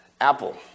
Apple